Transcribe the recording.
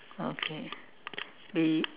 okay we